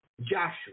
Joshua